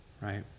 right